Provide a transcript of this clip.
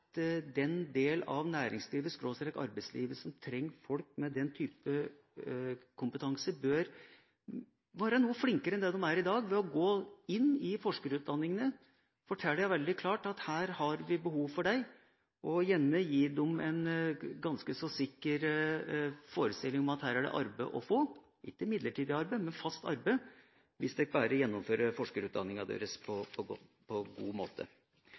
den del av næringslivet/arbeidslivet som trenger folk med den type kompetanse, bør være noe flinkere enn det de er i dag til å gå inn i forskerutdanningene, fortelle veldig klart at her har vi behov for dere, og gjerne gi dem en ganske så sikker forestilling om at her er det arbeid å få, ikke midlertidig arbeid, men fast arbeid, hvis dere bare gjennomfører forskerutdanninga deres på en god måte.